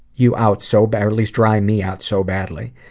you out so bad at least, dry me out so badly.